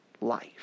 life